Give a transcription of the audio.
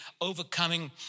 overcoming